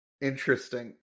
Interesting